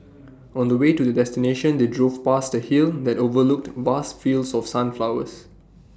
on the way to the destination they drove past A hill that overlooked vast fields of sunflowers